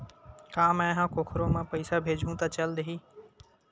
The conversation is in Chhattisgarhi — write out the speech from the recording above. का मै ह कोखरो म पईसा भेजहु त चल देही?